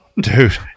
Dude